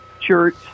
Church